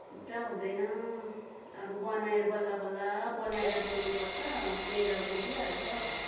एकदम हुँदैन अब बनाएर बल्ल बल्ल बनाएर ल्याउनुपर्छ लिएर गइदिई हाल्छ